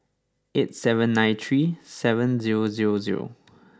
eight seven nine three seven zero zero zero